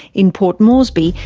in port moresby,